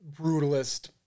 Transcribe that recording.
brutalist